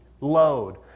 Load